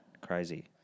crazy